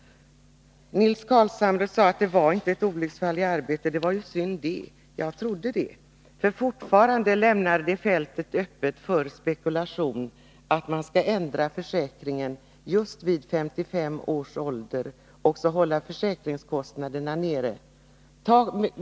Nils Carlshamre sade att det inte var något olycksfall i arbetet att han fanns med som reservant, och det var ju synd. Jag trodde det. Reservationens förslag lämnar nämligen fältet öppet för spekulation, om man kan ändra försäkringen just vid 55 års ålder för att hålla försäkringskostnaderna nere.